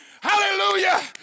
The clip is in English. hallelujah